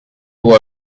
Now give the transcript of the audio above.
who